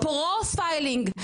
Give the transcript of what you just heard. ה"פרופיילינג",